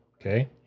Okay